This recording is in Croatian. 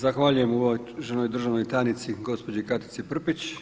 Zahvaljujem uvaženoj državnoj tajnici gospođi Katici Prpić.